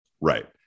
Right